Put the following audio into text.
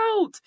out